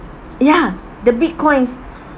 ya the Bitcoins